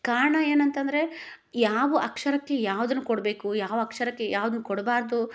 ಕಾರಣ ಏನಂತಂದರೆ ಯಾವ ಅಕ್ಷರಕ್ಕೆ ಯಾವುದನ್ನ ಕೊಡಬೇಕು ಯಾವ ಅಕ್ಷರಕ್ಕೆ ಯಾವ್ದನ್ನ ಕೊಡ್ಬಾರದು